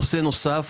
נושא נוסף